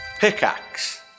Pickaxe